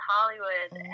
Hollywood